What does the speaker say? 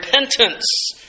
repentance